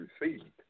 received